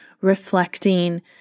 reflecting